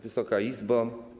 Wysoka Izbo!